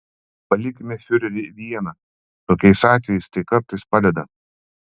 palikime fiurerį vieną tokiais atvejais tai kartais padeda